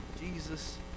Jesus